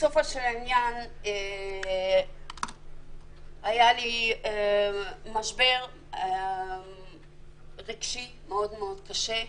בסופו של עניין היה לי משבר רגשי מאוד-מאוד קשה,